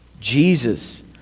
Jesus